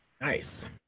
Nice